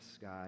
God